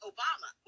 Obama